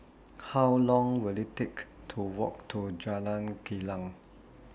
How Long Will IT Take to Walk to Jalan Kilang